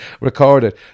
recorded